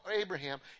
Abraham